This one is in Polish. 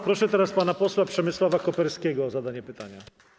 Proszę teraz pana posła Przemysława Koperskiego o zadanie pytania.